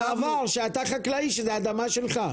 בעבר, אם אתה חקלאי שזאת אדמה שלך.